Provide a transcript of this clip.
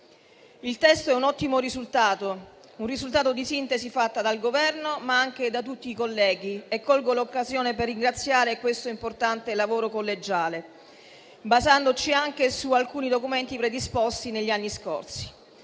Il testo è un ottimo risultato, il risultato di una sintesi fatta dal Governo, ma anche da tutti i colleghi, che colgo l'occasione per ringraziare di questo importante lavoro collegiale, basandosi anche su alcuni documenti predisposti negli anni scorsi.